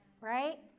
right